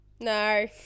No